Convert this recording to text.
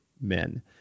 men